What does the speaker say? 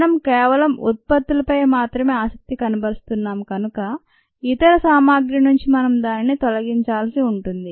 మనం కేవలం ఉత్పత్తుల పై మాత్రమే ఆసక్తి కనబరుస్తున్నాం కనుక ఇతర సామాగ్రి నుంచి మనం దానిని తొలగించాల్సి ఉంటుంది